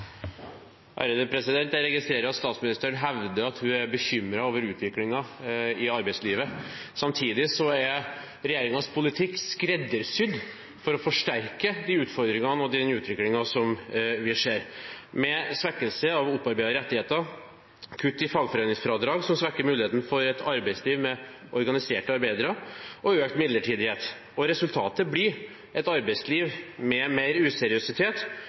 Jeg registrerer at statsministeren hevder at hun er bekymret over utviklingen i arbeidslivet. Samtidig er regjeringens politikk skreddersydd for å forsterke utfordringene og utviklingen som vi ser, med svekkelse av opparbeidede rettigheter, kutt i fagforeningsfradrag – som svekker muligheten for et arbeidsliv med organiserte arbeidere – og økt midlertidighet. Resultatet blir et arbeidsliv med mer useriøsitet